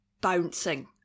bouncing